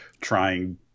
trying